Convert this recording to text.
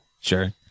sure